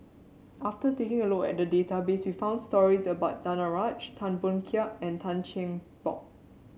after taking a look at the database we found stories about Danaraj Tan Boon Teik and Tan Cheng Bock